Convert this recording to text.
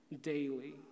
daily